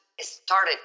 started